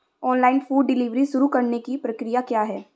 Online food delivery शुरू करने की प्रक्रिया क्या है?